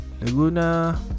Laguna